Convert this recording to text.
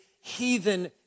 heathen